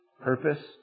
purpose